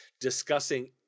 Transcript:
discussing